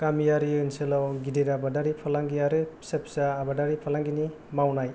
गामियारि ओनसोलाव गिदिर आबादारि फालांगि आरो फिसा फिसा आबादारि फालांगिनि मावनाय